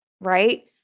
Right